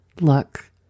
Look